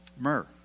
Myrrh